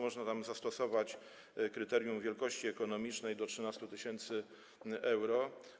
Można zastosować kryterium wielkości ekonomicznej: do 13 tys. euro.